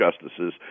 justices